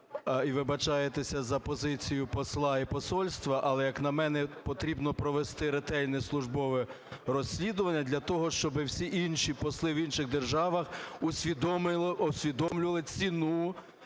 і вибачаєтеся за позицію посла і посольства. Але, як на мене, потрібно провести ретельне службове розслідування для того, щоб всі інші посли в інших державах усвідомлювали ціну